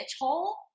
hole